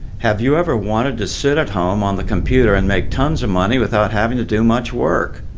have you ever wanted to sit at home on the computer and make tons of money without having to do much work?